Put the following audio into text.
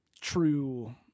true